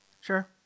Sure